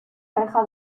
reja